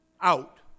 out